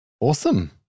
Awesome